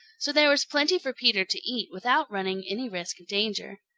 so there was plenty for peter to eat without running any risk of danger.